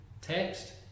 text